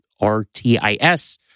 R-T-I-S